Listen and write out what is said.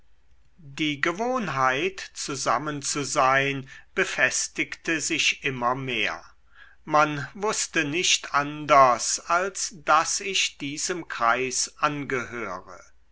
die gewohnheit zusammen zu sein befestigte sich immer mehr man wußte nicht anders als daß ich diesem kreis angehöre